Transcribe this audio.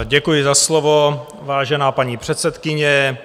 Děkuji za slovo, vážená paní předsedkyně.